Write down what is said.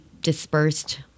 dispersed